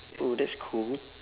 oh that's cool